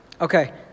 Okay